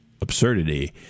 absurdity